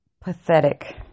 pathetic